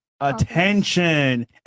Attention